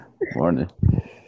Morning